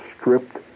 stripped